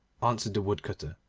answered the woodcutter,